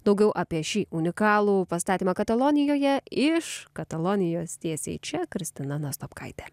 daugiau apie šį unikalų pastatymą katalonijoje iš katalonijos tiesiai čia kristina nastopkaitė